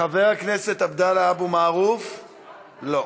חבר הכנסת עבדאללה אבו מערוף, לא,